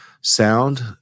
sound